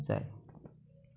जाय